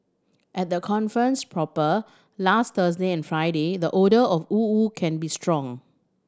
at the conference proper last Thursday and Friday the odour of woo woo can be strong